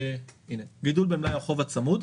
גידול במלאי החוב הצמוד,